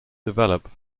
develop